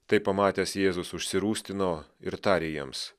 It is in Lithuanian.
tai pamatęs jėzus užsirūstino ir tarė jiems